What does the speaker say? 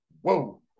Whoa